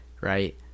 right